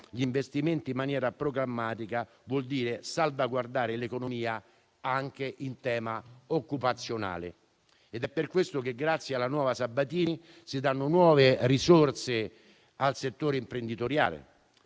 gli investimenti in maniera programmatica vuol dire salvaguardare l'economia anche in tema occupazionale. È per questo che grazie alla nuova legge Sabatini si danno nuove risorse al settore imprenditoriale.